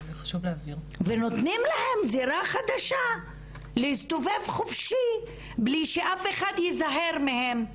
ונותנים להם זירה חדשה להסתובב חופשי בלי שאף אחד יזהר מהם,